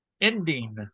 ending